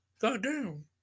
Goddamn